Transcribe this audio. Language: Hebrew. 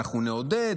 אנחנו נעודד,